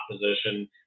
position